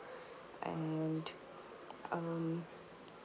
and um